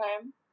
time